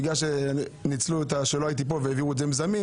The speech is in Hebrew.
בגלל שניצלו שלא הייתי פה והעבירו את זה למיזמים,